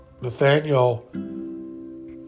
nathaniel